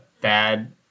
bad